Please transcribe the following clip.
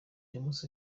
james